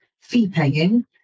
fee-paying